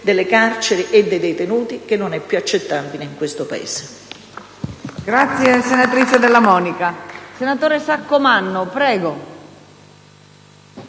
delle carceri e dei detenuti, che non è più accettabile in questo Paese.